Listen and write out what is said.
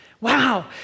Wow